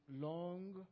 long